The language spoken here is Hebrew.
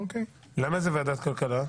למה זה ועדת הכלכלה?